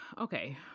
okay